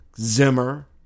Zimmer